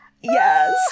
Yes